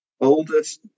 oldest